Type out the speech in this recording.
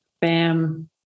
Bam